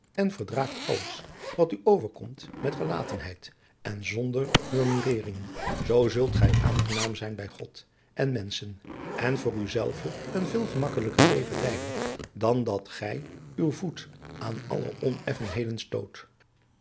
en verdraag alles wat u overkomt met gelatenheid en zonder murmurering zoo zult gij aangenaam zijn bij god en menschen en voor u zelve een veel gemakkelijker leven leiden dan dat gij uw voet aan alle oneffenheden stoot